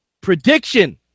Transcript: prediction